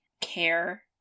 care